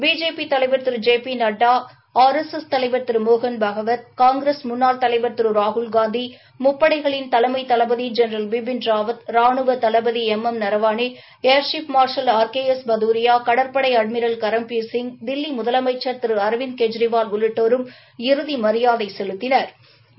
BJP தலைவர் Thiru J P Nadda R S S தலைவர் திரு மோகன் பகவத் காங்கிரஸ் முன்னாள் தலைவா் திரு ராகுல்காந்தி முப்படைகளின் தலைமை தளபதி ஜெனரல் பிபின்ராவத் ராணுவ தளபதி M M Naravane air chief marshal R K S Bhadauria கடற்படையின் அட்மிரல் கரம்பீர் சீங் தில்லி முதலமைச்சர் திரு அரவிந்த் கெஜ்ரிவால் உள்ளிட்டோரும் இறுதி மரியாதை செலுத்தினா்